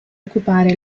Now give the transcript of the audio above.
occupare